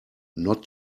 not